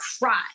cry